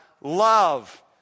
love